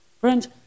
Friends